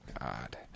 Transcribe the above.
God